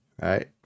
Right